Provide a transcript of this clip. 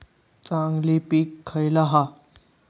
चांगली पीक खयला हा?